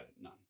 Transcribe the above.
none